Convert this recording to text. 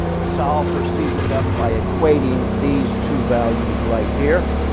solve for c sub f by equating these two values right here,